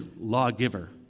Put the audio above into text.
lawgiver